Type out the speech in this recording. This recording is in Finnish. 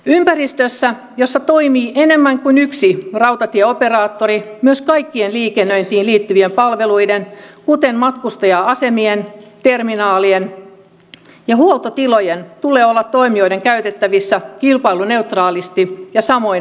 ympäristössä jossa toimii enemmän kuin yksi rautatieoperaattori myös kaikkien liikennöintiin liittyvien palveluiden kuten matkustaja asemien terminaalien ja huoltotilojen tulee olla toimijoiden käytettävissä kilpailuneutraalisti ja samoin ehdoin